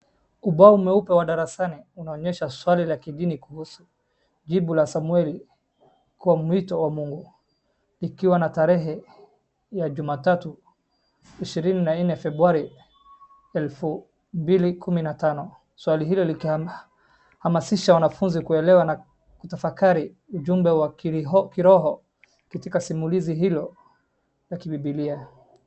Ubao mweupe wa darasani unaonyesha swali la kidini kuhusu jibu la Samueli kwa mwito wa Mungu. Likiwa na tarehe ya Jumatatu 24 Februari 2015. Swali hilo likihamasisha wanafunzi kuelewa na kutafakari ujumbe wa kiroho katika simulizi hilo la kibiblia.